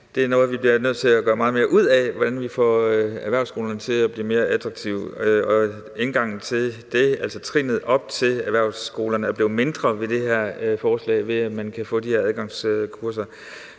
synes er noget, vi bliver nødt til at gøre meget mere ud af, altså hvordan vi får erhvervsskolerne til at blive mere attraktive. Indgangen til det, altså trinnet op til erhvervsskolerne er blevet mindre med det her forslag ved, at man kan få de her adgangskurser.